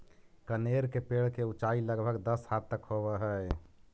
कनेर के पेड़ के ऊंचाई लगभग दस हाथ तक होवऽ हई